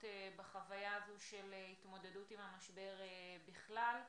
בחוויה הזאת של התמודדות עם המשבר בכלל.